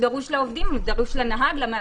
דרושים לו עובדים, דרוש לו נהג, מאבטחים.